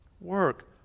work